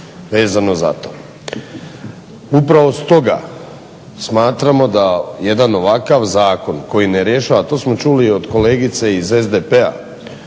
vezano za to. Upravo stoga smatramo da jedan ovakav zakon koji ne rješava, to smo čuli i od kolegice iz SDP-a